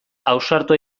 ausartu